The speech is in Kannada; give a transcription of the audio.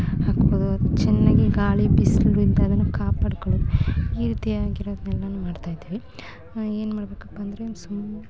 ಹಾಕ್ಬೋದು ಅದು ಚೆನ್ನಾಗಿ ಗಾಳಿ ಬಿಸಿಲಿಂದ ಅದನ್ನು ಕಾಪಾಡ್ಕೊಳ್ಳೋದು ಈ ರೀತಿಯಾಗಿರೋದನ್ನೆಲ್ಲನು ಮಾಡ್ತಾಯಿದ್ವಿ ಏನ್ಮಾಡಬೇಕಪ್ಪ ಅಂದರೆ ಸು